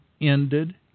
ended